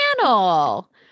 channel